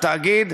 התאגיד,